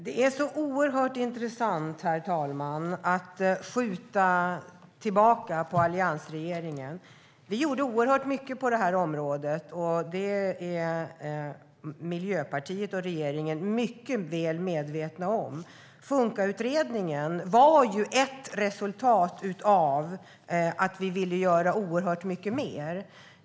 Herr talman! Det är tydligen väldigt intressant att skjuta tillbaka på alliansregeringen. Vi gjorde oerhört mycket på det här området. Det är Miljöpartiet och regeringen mycket väl medvetna om. Funkautredningen var ett resultat av att vi ville göra oerhört mycket mer.